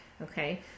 okay